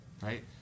Right